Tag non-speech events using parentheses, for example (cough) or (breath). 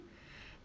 (breath)